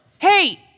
Hey